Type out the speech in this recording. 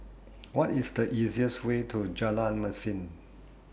What IS The easiest Way to Jalan Mesin